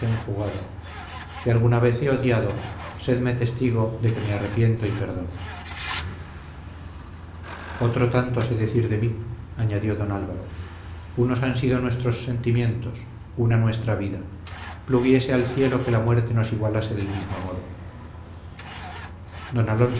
he enjugado si alguna vez he odiado sedme testigo de que me arrepiento y perdono otro tanto sé decir de mí añadió don álvaro unos han sido nuestros sentimientos una nuestra vida pluguiese al cielo que la muerte nos igualase del mismo modo don